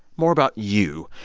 more about you.